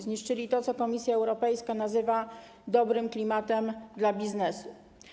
Zniszczyli to, co Komisja Europejska nazywa dobrym klimatem dla biznesu.